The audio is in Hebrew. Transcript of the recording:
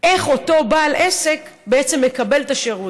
איך אותו בעל עסק בעצם מקבל את השירות?